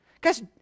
Guys